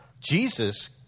Jesus